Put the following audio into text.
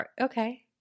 okay